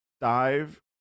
dive